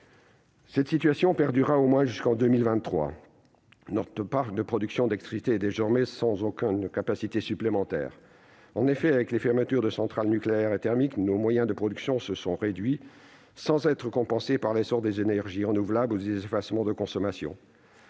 Cette situation perdurera au moins jusqu'en 2023. Notre parc de production d'électricité est désormais « sans aucune capacité supplémentaire ». En effet, avec les fermetures de centrales nucléaires et thermiques, nos moyens de production se sont réduits, sans être compensés par l'essor des énergies renouvelables (EnR) ou des effacements de consommation.